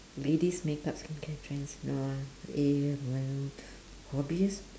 ladies makeup skincare trends no ah eh no hobbies